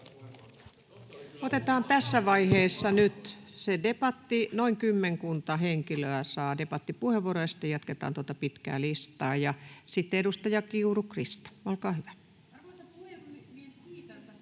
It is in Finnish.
Otetaan tässä vaiheessa nyt se debatti. Noin kymmenkunta henkilöä saa debattipuheenvuoron, ja sitten jatketaan tuota pitkää listaa. — Sitten edustaja Kiuru, Krista, olkaa hyvä. — Mikrofoni, kiitos.